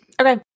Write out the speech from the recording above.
okay